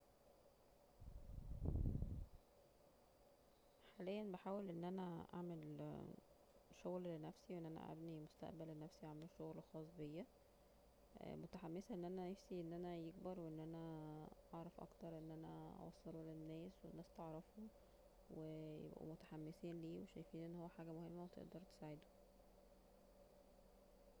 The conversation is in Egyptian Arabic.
حاليا بحاول أن أنا أعمل شغل لنفسي أن أنا ابني مستقبلي لنفسي واعمل شغل خاص بيا متحمسه أن أنا نفسي أن أنا يكبر وان أنا أعرف اكتر أن أنا أوصله للناس والناس تعرفه ويبقو متحمسين ليه وشايفين أن هو حاجة مهمة وتقدر تساعدهم